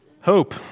Hope